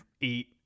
eat